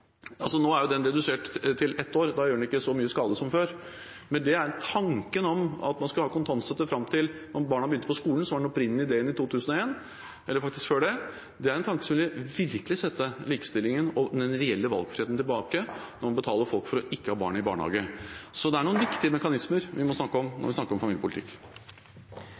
er den nå redusert til ett år. Da gjør den ikke så mye skade som før. Tanken om at man skal ha kontantstøtte fram til barnet begynner på skolen – som var den opprinnelige ideen i 2001, eller faktisk før det – ville virkelig sette likestillingen og den reelle valgfriheten tilbake, når man betaler folk for ikke å ha barn i barnehage. Det er noen viktige mekanismer vi må snakke om, når vi snakker om familiepolitikk.